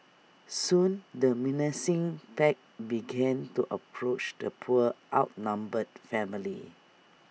soon the menacing pack began to approach the poor outnumbered family